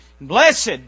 Blessed